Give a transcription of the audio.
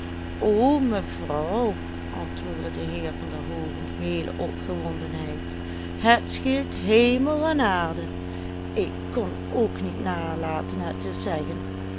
o mevrouw antwoordde de heer van der hoogen geheel opgewondenheid het scheelt hemel en aarde ik kon ook niet nalaten het te zeggen